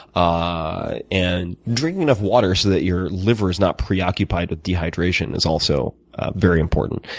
ah and drinking enough water so that your liver is not preoccupied with dehydration is also very important.